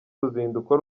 ruzinduko